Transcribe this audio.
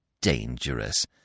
Dangerous